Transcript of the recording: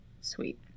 sweet